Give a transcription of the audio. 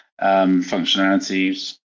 functionalities